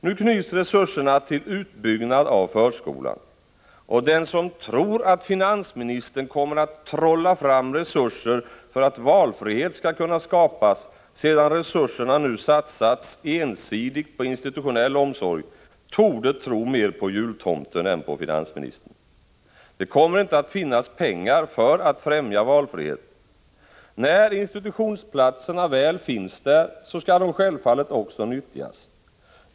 Nu knyts resurserna till utbyggnad av förskolan, och den som tror att finansministern kommer att trolla fram resurser för att valfrihet skall kunna skapas sedan resurserna nu satsas ensidigt på institutionell omsorg, torde tro mer på jultomten än på finansministern. Det kommer inte att finnas pengar för att främja valfrihet. När institutionsplatserna väl finns där, så skall de självfallet också nyttjas.